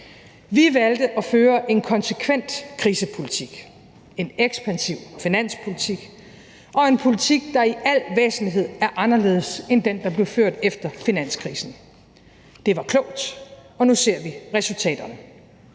Vi valgte at føre en konsekvent krisepolitik, en ekspansiv finanspolitik og en politik, der i al væsentlighed er anderledes end den, der blev ført efter finanskrisen. Det var klogt, og nu ser vi resultaterne.